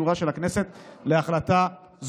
מבקשת הממשלה את אישורה של הכנסת להחלטה זו.